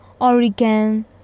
Oregon